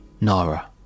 Nara